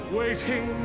waiting